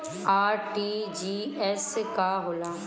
RTGS का होला?